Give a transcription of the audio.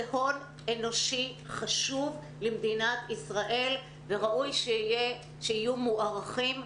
זה הון אנושי חשוב למדינת ישראל ומן הראוי שיהיו מוערכים,